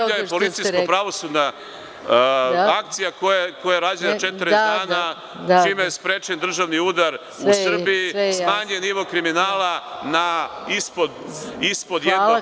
Sablja“ je policijsko pravosudna akcija koja je rađena 40 dana, čime je sprečen državni udar u Srbiji, smanjen nivo kriminala na ispod